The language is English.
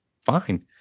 fine